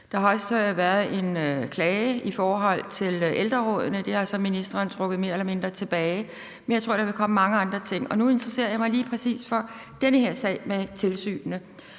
Der har også været en klage i forhold til ældrerådene, og det har ministeren så trukket mere eller mindre tilbage, men jeg tror, der vil komme mange andre ting. Nu interesserer jeg mig lige præcis for den her sag med tilsynene.